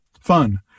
fun